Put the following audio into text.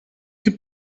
que